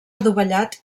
adovellat